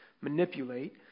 manipulate